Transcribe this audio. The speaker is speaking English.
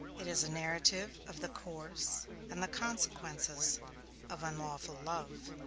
it is a narrative of the course and the consequences of unlawful love.